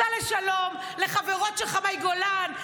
סע לשלום לחברות שלך מאי גולן,